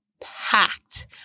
packed